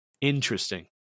interesting